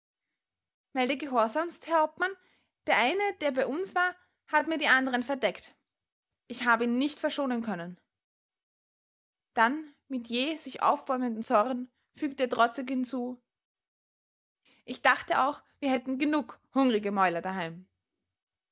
melde gehorsamst herr hauptmann der eine der bei uns war hat mir die anderen verdeckt ich hab ihn nicht verschonen können dann mit jäh sich aufbäumendem zorn fügte er trotzig hinzu ich dachte auch wir hätten genug hungrige mäuler daheim